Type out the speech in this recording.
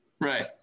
Right